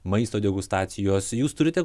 maisto degustacijos jūs turite